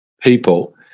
People